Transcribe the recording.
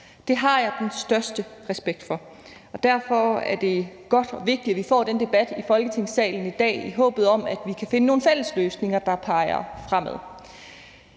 Det har jeg den største respekt for. Derfor er det godt og vigtigt, at vi får den debat i Folketingssalen i dag i håbet om, at vi kan finde nogle fælles løsninger, der peger fremad.